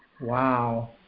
Wow